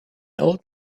old